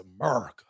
America